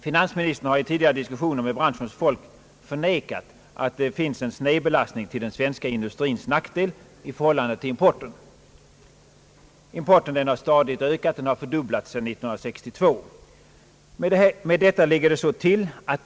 Finansministern har i tidigare diskussioner med branschens folk förnekat att det finns en snedbelastning till den svenska industrins nackdel i förhållande till importen, som stadigt ökat och fördubblats sedan 1962.